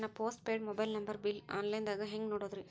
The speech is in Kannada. ನನ್ನ postpaid mobile number bill, online ದಾಗ ಹ್ಯಾಂಗ್ ನೋಡೋದ್ರಿ?